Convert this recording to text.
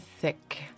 thick